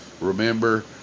Remember